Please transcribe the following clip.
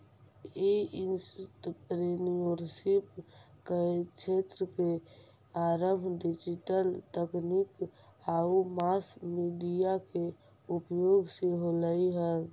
ई entrepreneurship क्क्षेत्र के आरंभ डिजिटल तकनीक आउ मास मीडिया के उपयोग से होलइ हल